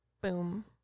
Boom